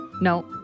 No